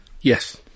Yes